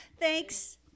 Thanks